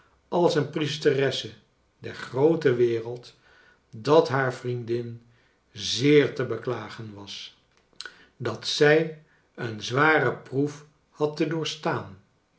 als een priesteresse der groote wereld dat haar vriendin zeer te beklagen was dat zij een zware proef had